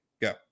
Go